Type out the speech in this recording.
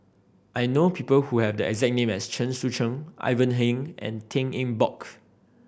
I know people who have the exact name as Chen Sucheng Ivan Heng and Tan Eng Bock